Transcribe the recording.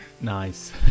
Nice